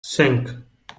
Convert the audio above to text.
cinq